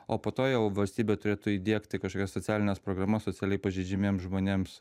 o po to jau valstybė turėtų įdiegti kažkokias socialines programas socialiai pažeidžiamiems žmonėms